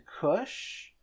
kush